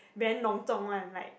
very 隆重 like